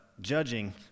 judging